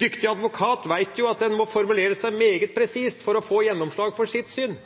dyktig advokat vet at en må formulere seg meget presist for å få gjennomslag for sitt syn.